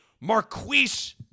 Marquise